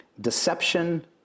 deception